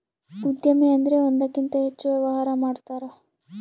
ಉದ್ಯಮಿ ಅಂದ್ರೆ ಒಂದಕ್ಕಿಂತ ಹೆಚ್ಚು ವ್ಯವಹಾರ ಮಾಡ್ತಾರ